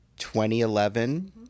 2011